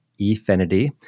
Efinity